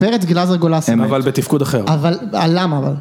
פרץ גלזר גולאסה. הם אבל בתפקוד אחר. אבל, למה אבל?